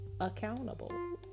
accountable